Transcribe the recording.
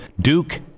Duke